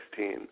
2016